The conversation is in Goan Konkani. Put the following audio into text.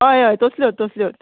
हय हय तसल्योत तसल्योत